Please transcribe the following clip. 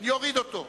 אני אוריד אותו.